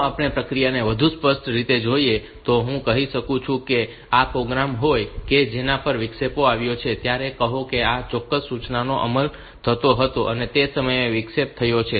જો આપણે પ્રક્રિયાને વધુ સ્પષ્ટ રીતે જોઈએ તો હું કહી શકું છું કે જો આ તે પ્રોગ્રામ હોય કે જેના પર વિક્ષેપ આવ્યો છે ત્યારે કહો કે આ ચોક્કસ સૂચનાનો અમલ થતો હતો તે સમયે વિક્ષેપ થયો છે